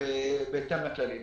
בהתאם לכללים.